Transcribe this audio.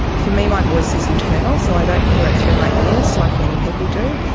for me my voice is internal so i don't hear it through my ears, like many people do.